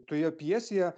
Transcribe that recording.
toje pjesėje